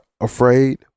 afraid